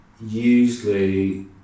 usually